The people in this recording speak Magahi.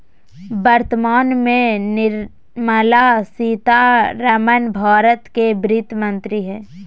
वर्तमान में निर्मला सीतारमण भारत के वित्त मंत्री हइ